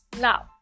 Now